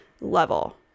level